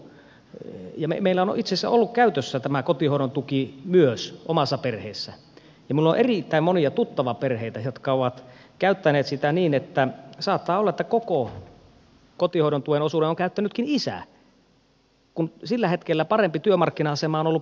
meillä on itse asiassa ollut käytössä tämä kotihoidon tuki myös omassa perheessäni ja minulla on erittäin monia tuttavaperheitä jotka ovat käyttäneet sitä niin että saattaa olla että koko kotihoidon tuen osuuden on käyttänytkin isä kun sillä hetkellä parempi työmarkkina asema on ollut perheen äidillä